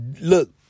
Look